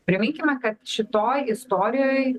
priminkime kad šitoj istorijoj